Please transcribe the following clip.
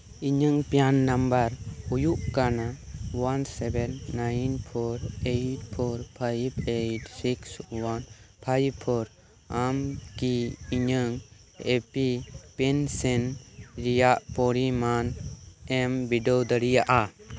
ᱤᱧᱟᱹᱝ PRAN number ᱦᱩᱭᱩᱜ ᱠᱟᱱᱟ ᱢᱤᱫ ᱟᱭᱟᱭ ᱤᱨᱟᱹᱞ ᱯᱳᱱ ᱟᱨᱮ ᱯᱳᱱ ᱢᱚᱲᱮ ᱤᱨᱟᱹᱞ ᱛᱩᱨᱩᱭ ᱢᱤᱫ ᱢᱚᱲᱮ ᱯᱳᱱ ᱟᱢ ᱠᱤ ᱤᱧᱟᱹᱜ ᱮ ᱯᱤ ᱳᱣᱟᱭ ᱯᱮᱱᱥᱚᱱ ᱨᱮᱭᱟᱜ ᱯᱚᱨᱤᱢᱟᱱ ᱮᱢ ᱵᱤᱰᱟᱹᱣ ᱫᱟᱲᱮᱭᱟᱜᱼᱟ